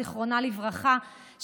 זיכרונה לברכה,